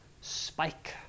spike